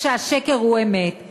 שלוש דקות.